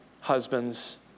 husbands